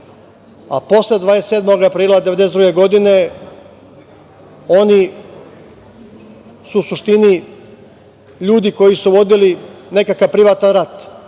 a posle 27. aprila 1992. godine, oni su, u suštini, ljudi koji su vodili nekakav privatan rat. To